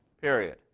period